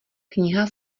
kniha